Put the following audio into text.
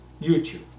YouTube